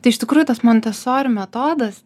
tai iš tikrųjų tas montesori metodas